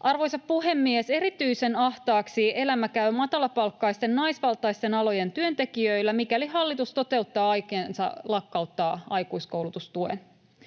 Arvoisa puhemies! Erityisen ahtaaksi elämä käy matalapalkkaisten, naisvaltaisten alojen työntekijöillä, mikäli hallitus toteuttaa aikeensa